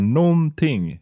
någonting